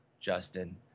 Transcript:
Justin